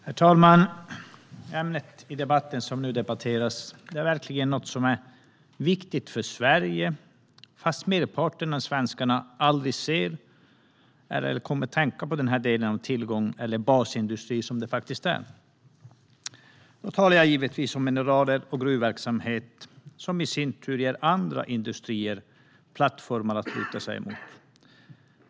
Herr talman! Det ämne som nu debatteras är verkligen något som är viktigt för Sverige, även om merparten av svenskarna aldrig ser eller kommer att tänka på de här tillgångarna eller den basindustri som det faktiskt är. Jag talar givetvis om mineraler och gruvverksamhet, som i sin tur ger andra industrier plattformar att luta sig mot.